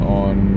on